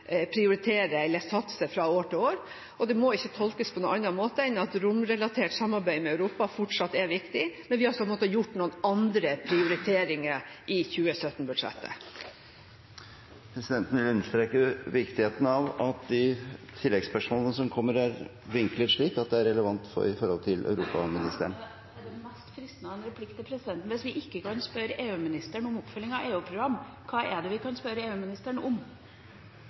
eller satser fra år til år. Det må ikke tolkes på noen annen måte enn at romrelatert samarbeid med Europa fortsatt er viktig, men vi har også måttet gjøre noen andre prioriteringer i 2017-budsjettet. Presidenten vil understreke viktigheten av at de oppfølgingsspørsmålene som kommer, er vinklet slik at det er relevant for europaministeren. Da er det mest fristende å komme med en replikk til presidenten: Hvis vi ikke kan spørre EU-ministeren om oppfølging av EU-program, hva er det vi kan spørre EU-ministeren om?